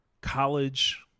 college –